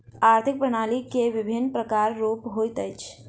आर्थिक प्रणाली के विभिन्न प्रकारक रूप होइत अछि